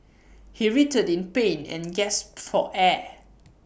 he writhed in pain and gasped for air